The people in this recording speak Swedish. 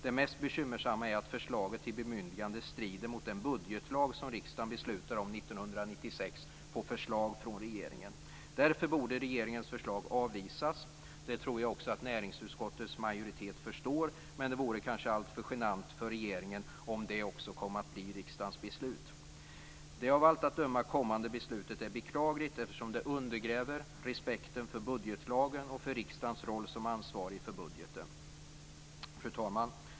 Det mest bekymmersamma är att förslaget till bemyndigande strider mot den budgetlag som riksdagen beslutade om 1996 på förslag från regeringen. Därför borde regeringens förslag avvisas. Det tror jag också att näringsutskottets majoritet förstår, men det vore kanske alltför genant för regeringen om det också kom att bli riksdagens beslut. Det av allt att döma kommande beslutet är beklagligt eftersom det undergräver respekten för budgetlagen och för riksdagens roll som ansvarig för budgeten. Fru talman!